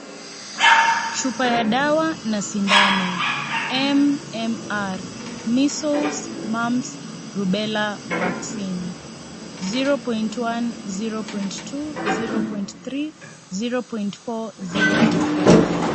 Chupa ya dawa na sindano MMR measles, mumps ,rubella vaccine 0.1,0.2,0.3,0.4,0.5 .